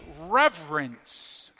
reverence